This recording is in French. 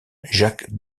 jacques